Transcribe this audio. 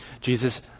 Jesus